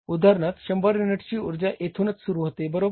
उदाहरणार्थ 100 युनिटची उर्जा येथूनच सुरू होते बरोबर